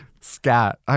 Scat